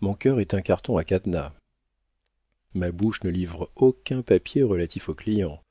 mon cœur est un carton à cadenas ma bouche ne livre aucun papier relatif aux clients